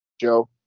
Joe